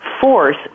force